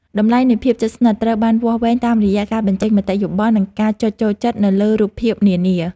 តម្លៃនៃភាពជិតស្និទ្ធត្រូវបានវាស់វែងតាមរយៈការបញ្ចេញមតិយោបល់ និងការចុចចូលចិត្តនៅលើរូបភាពនានា។